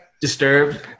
Disturbed